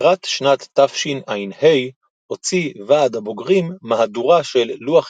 לקראת שנת תשע"ה הוציא "ועד הבוגרים" מהדורה של לוח